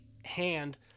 Hand